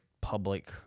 public